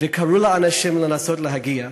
וקראו לאנשים לנסות להגיע.